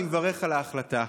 אני מברך על ההחלטה.